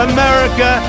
America